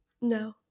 No